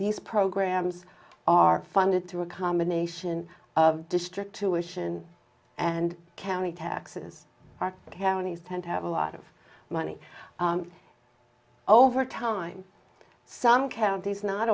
lease programs are funded through a combination of district tuition and county taxes are counties tend to have a lot of money over time some counties not